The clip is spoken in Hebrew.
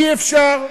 אי-אפשר.